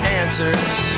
answers